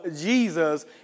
Jesus